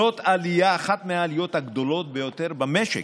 זאת אחת מהעליות הגדולות ביותר במשק.